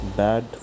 bad